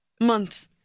Months